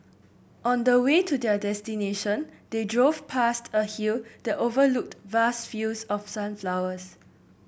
on the way to their destination they drove past a hill that overlooked vast fields of sunflowers